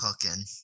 cooking